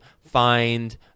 find